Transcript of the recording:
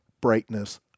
brightness